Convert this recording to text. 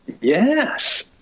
Yes